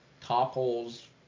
topples